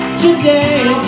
today